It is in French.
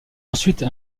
ensuite